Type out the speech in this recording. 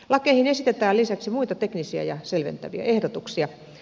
lakeihin esitetään lisäksi muita teknisiä ja selventäviä ehdotuksia